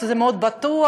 שזה מאוד בטוח,